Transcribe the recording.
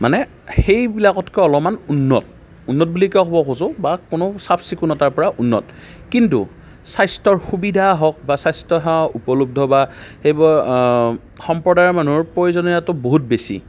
মানে সেইবিলাকতকৈ অলপমান উন্নত উন্নত বুলি কিয় মই কৈছো বা কোনো চাফ চিকুণতাৰপৰা উন্নত কিন্তু স্বাস্থ্যৰ সুবিধা হওক বা স্বাস্থ্যসেৱা উপলব্ধ সেই বা বিশেষকৈ সম্প্ৰদায়ৰ মানুহৰ প্ৰয়োজনীয়তাতো বহুত বেছি